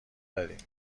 دادیدن